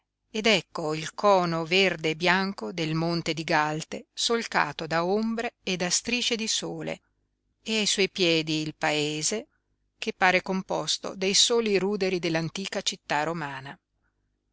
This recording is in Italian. ed ecco il cono verde e bianco del monte di galte solcato da ombre e da strisce di sole e ai suoi piedi il paese che pare composto dei soli ruderi dell'antica città romana